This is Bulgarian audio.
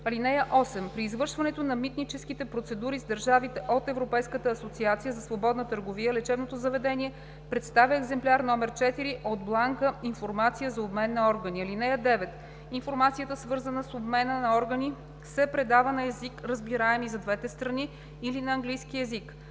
(8) При извършването на митническите процедури с държавите от Европейската асоциация за свободна търговия лечебното заведение представя екземпляр № 4 от бланка „Информация за обмен на органи“. (9) Информацията, свързана с обмена на органи, се предава на език, разбираем и за двете страни, или на английски език.